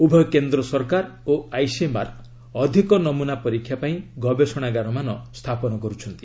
ଉଭୟ କେନ୍ଦ୍ର ସରକାର ଓ ଆଇସିଏମ୍ଆର୍ ଅଧିକ ନମୂନା ପରୀକ୍ଷା ପାଇଁ ଗବେଷଣାଗାରମାନ ସ୍ଥାପନ କରୁଛନ୍ତି